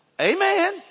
Amen